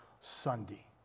Sunday